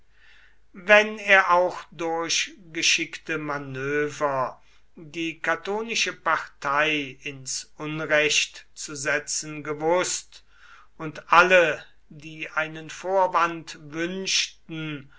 wenn er auch durch geschickte manöver die catonische partei ins unrecht zu setzen gewußt und alle die einen vorwand wünschten